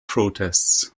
protests